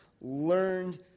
learned